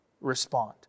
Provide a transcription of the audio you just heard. respond